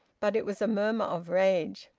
but it was a murmur of rage.